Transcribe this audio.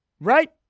Right